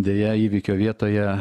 deja įvykio vietoje